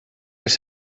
les